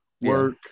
work